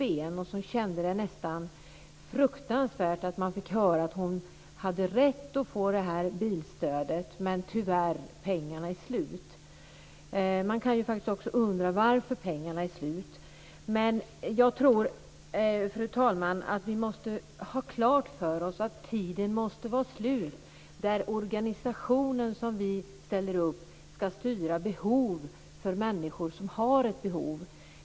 Hon tyckte att det kändes fruktansvärt att få höra att hon hade rätt att få bilstödet men att pengarna tyvärr var slut. Man kan faktiskt också undra varför pengarna är slut. Jag tycker dock, fru talman, att tiden måste vara slut då den organisation som vi ställer upp ska styra behoven för människor som har ett behov.